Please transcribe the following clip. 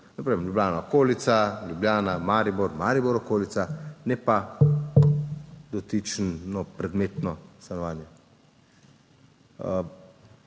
na primer Ljubljana okolica, Ljubljana, Maribor, Maribor okolica, ne pa dotično predmetno stanovanje.